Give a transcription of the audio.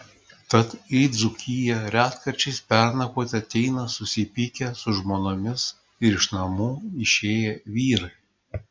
tad į dzūkiją retkarčiais pernakvoti ateina susipykę su žmonomis ir iš namų išėję vyrai